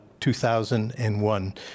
2001